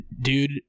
dude